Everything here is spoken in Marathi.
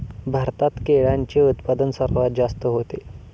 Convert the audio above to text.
भारतात केळ्यांचे उत्पादन सर्वात जास्त होते